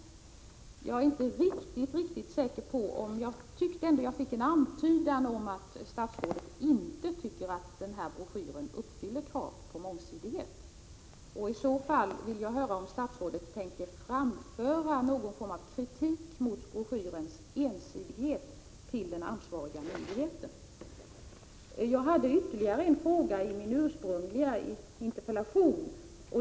Jag tyckte ändå att jag fick en antydan om att statsrådet inte tycker att broschyren uppfyller kravet på mångsidighet. I så fall vill jag höra om statsrådet tänker framföra någon form av kritik mot broschyrens ensidighet till den ansvariga myndigheten. Jag ställde ytterligare en fråga i min interpellation.